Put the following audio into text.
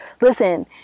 listen